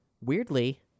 Weirdly